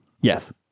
Yes